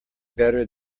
better